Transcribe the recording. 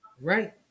Right